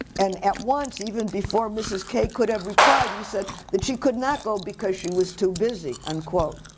and at once, even before mrs. k could've replied, he said, that she could not go because she was too busy. unquote.